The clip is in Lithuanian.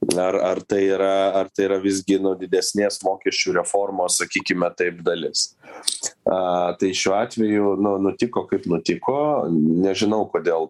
ar ar tai yra ar tai yra visgi nu didesnės mokesčių reformos sakykime taip dalis a tai šiuo atveju nu nutiko kaip nutiko nežinau kodėl